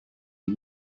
die